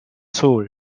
sold